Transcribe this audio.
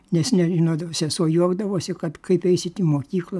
nes nežinodavo sesuo juokdavosi kad kaip eisit į mokyklą